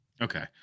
Okay